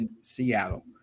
Seattle